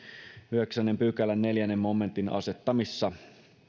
yhdeksännen pykälän neljännen momentin asettamissa